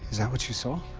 is that what you saw?